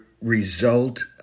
result